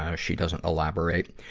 ah she doesn't elaborate.